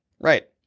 right